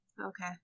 Okay